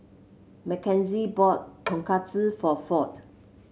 Makenzie bought Tonkatsu for Ford